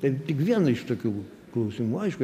tai tik viena iš tokių klausimų aišku